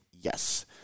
Yes